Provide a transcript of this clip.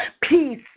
peace